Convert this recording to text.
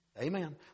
Amen